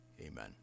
amen